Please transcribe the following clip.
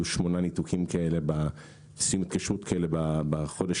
היו שמונה ניתוקי התקשרות כאלה בחודש